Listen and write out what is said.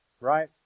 Right